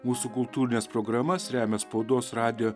mūsų kultūrines programas remia spaudos radijo